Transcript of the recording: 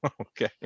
Okay